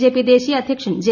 ജെപിദേശീയ അധ്യക്ഷൻ ജെ